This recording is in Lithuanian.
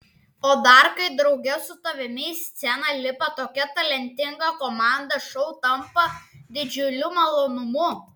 o dar kai drauge su tavimi į sceną lipa tokia talentinga komanda šou tampa didžiuliu malonumu